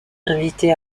invitées